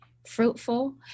fruitful